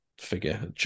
figure